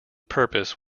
purpose